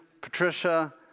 Patricia